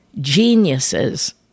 geniuses